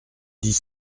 dix